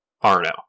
Arno